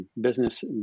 Business